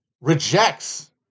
rejects